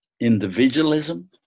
individualism